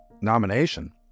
nomination